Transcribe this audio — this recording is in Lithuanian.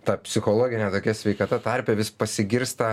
ta psichologina tokia sveikata tarpe vis pasigirsta